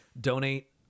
donate